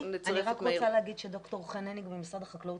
רוצה לומר שד"ר חן הניג ממשרד החקלאות,